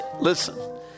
Listen